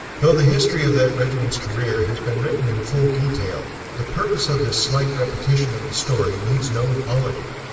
though the history of that regiment's career has been written in full detail, the purpose of this slight repetition of the story needs no apology.